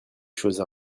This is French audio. choses